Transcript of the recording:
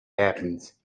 happens